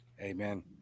Amen